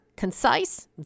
concise